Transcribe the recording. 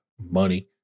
Money